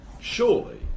surely